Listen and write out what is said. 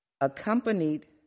accompanied